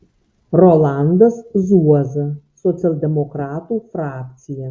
rolandas zuoza socialdemokratų frakcija